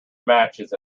matches